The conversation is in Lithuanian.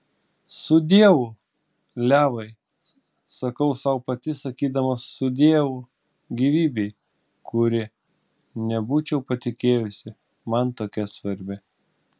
sudieu levai sakau sau pati sakydama sudieu gyvybei kuri nebūčiau patikėjusi man tokia svarbi